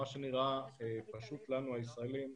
מה שנראה פשוט לנו הישראלים,